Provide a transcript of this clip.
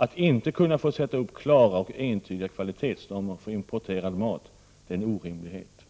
Att inte kunna få sätta upp klara och entydiga kvalitetsnormer för importerad mat är en orimlighet.